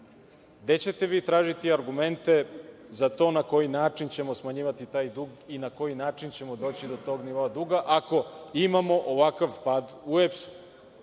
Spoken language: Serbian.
gde ćete vi tražiti argumente za to na koji način ćemo smanjivati taj dug i na koji način ćemo doći do tog nivoa duga, ako imamo ovakav pad u EPS-u,